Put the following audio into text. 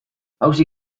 auzi